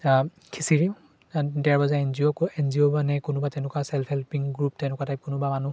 খিচিৰি ডেৰ বজা N G O N G O মানে কোনোবা তেনেকুৱা চেল্ফ হেল্পিং গ্ৰুপ তেনেকুৱা টাইপ কোনোবা মানুহ